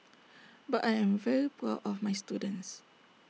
but I am very proud of my students